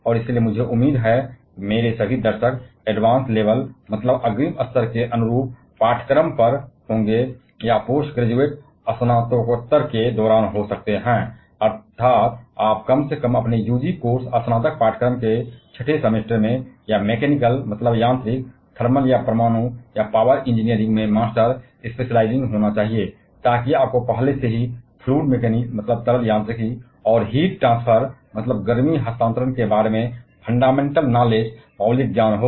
और इसलिए मुझे उम्मीद है कि मेरे पूरे दर्शक वर्ग या तो आपके अनुरूप पाठ्यक्रम के अग्रिम स्तर पर होंगे या स्नातकोत्तर के दौरान हो सकते हैं यही है आपको कम से कम अपने यूजी कोर्स के छह सेमेस्टर या मेकैनिकल थर्मल या न्यूक्लियर या पावर इंजीनियरिंग में विशेषज्ञता वाले मास्टर के दौरान कम से कम होना चाहिए ताकि आपको पहले से ही द्रव यांत्रिकी और गर्मी हस्तांतरण के बारे में मौलिक ज्ञान हो